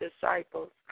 disciples